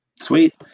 Sweet